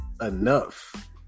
enough